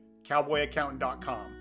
cowboyaccountant.com